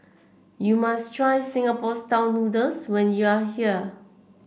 you must try Singapore style noodles when you are here